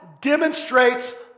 demonstrates